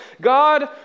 God